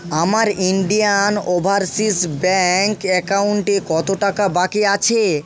আমার Indian overseas bank অ্যাকাউন্টে কত টাকা বাকি আছে